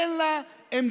אין לה עמדה.